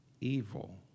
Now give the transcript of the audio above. evil